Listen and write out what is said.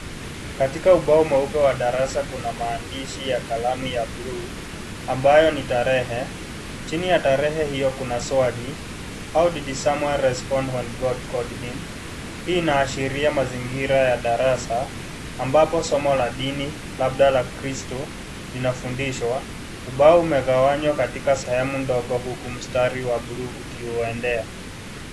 Katika ubao mweupe wa darasa kuna maandishi ya kalamu ya bluu ambayo ni tarehe. Chini ya tarehe hiyo kuna swali [cs} how did samuel respond when god called him . Hii inaashiria mazingira ya darasa ambapo somo la dini labda la Kristo linafundishwa. Ubao umegawanywa katika sehemu ndogo huku mstari wa bluu ikiuendea.